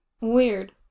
Weird